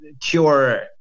cure